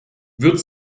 wird